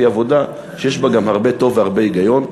והיא עבודה שיש בה גם הרבה טוב והרבה היגיון,